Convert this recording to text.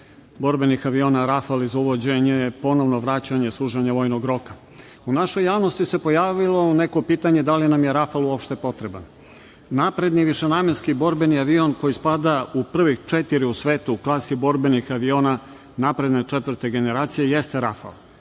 borbenih aviona "Rafal" i za uvođenje ponovnog vraćanja služenja vojnog roka.U našoj javnosti se pojavilo pitanje da li nam je "Rafal" uopšte potreban. Napredni višenamenski borbeni avion koji spada u prvih četiri u svetu u klasi borbenih aviona napredne četvrte generacije jeste "Rafal".